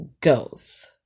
goes